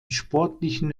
sportlichen